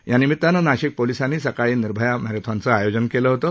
या निमितानं नाशिक पोलिसांनी सकाळी निर्भया मॅरेथॉनचं आयोजन केलं होतं